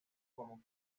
como